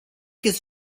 his